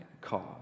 cause